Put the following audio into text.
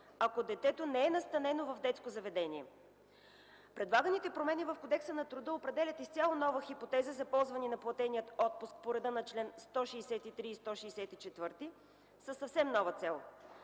ако детето не е настанено в детско заведение. Предлаганите промени в Кодекса на труда определят изцяло нова хипотеза за ползване на платения отпуск по реда на чл. 163 и 164 със съвсем нова цел